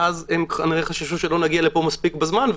ואז הם כנראה חששו שלא נגיע לפה מספיק בזמן,